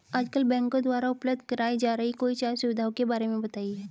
आजकल बैंकों द्वारा उपलब्ध कराई जा रही कोई चार सुविधाओं के बारे में बताइए?